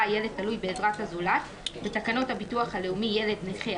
"ילד התלוי בעזרת הזולת" בתקנות הביטוח הלאומי (ילד נכה),